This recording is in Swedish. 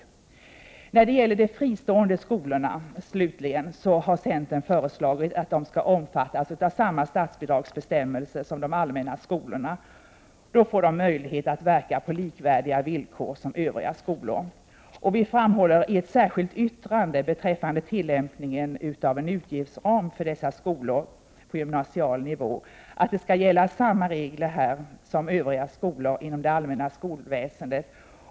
När det slutligen gäller de fristående skolorna har centern föreslagit att de skall omfattas av samma statsbidragsbestämmelser som gäller för de allmänna skolorna. De får då möjlighet att verka på villkor som är likvärdiga med övriga skolors. Beträffande tillämpningen av en utgiftsram vid fristående skolor på gymnasial nivå framhåller centern i ett särskilt yttrande att samma regler skall gälla för dessa skolor som för övriga skolor inom det allmänna skolväsendet.